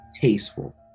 tasteful